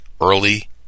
early